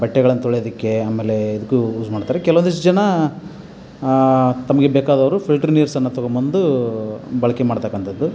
ಬಟ್ಟೆಗಳನ್ನು ತೊಳ್ಯೋದಕ್ಕೆ ಆಮೇಲೆ ಇದಕ್ಕೂ ಊಸ್ ಮಾಡ್ತಾರೆ ಕೆಲವೊಂದಿಷ್ಟು ಜನ ತಮಗೆ ಬೇಕಾದವರು ಫಿಲ್ಟ್ರ್ ನೀರು ಸಮೇತ ತೊಗೊಂಡ್ಬಂದು ಬಳಕೆ ಮಾಡತಕ್ಕಂಥದ್ದು